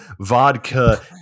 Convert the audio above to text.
vodka